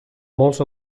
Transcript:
molts